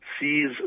sees